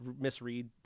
misread